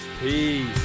Peace